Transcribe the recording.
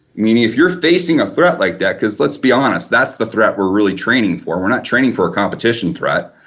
mean if you're facing a threat like that because let's be honest, that's the threat we're really training for. we're not training for a competition threat.